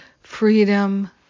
Freedom